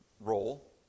role